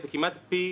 זה כמעט פי